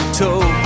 toe